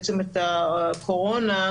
הקורונה,